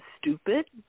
stupid